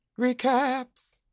recaps